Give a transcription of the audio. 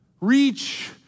Reach